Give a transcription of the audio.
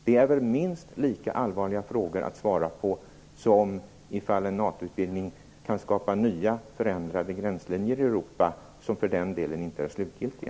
Det är väl minst lika allvarliga frågor att svara på som frågan om en NATO utvidgning kan skapa förändrade gränslinjer i Europa, som för den delen inte är slutgiltiga.